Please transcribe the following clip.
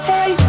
Hey